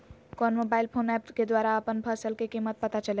कौन mobile phone app के द्वारा अपन फसल के कीमत पता चलेगा?